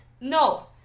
No